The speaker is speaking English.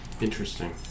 Interesting